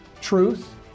Truth